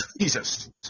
Jesus